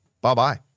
bye-bye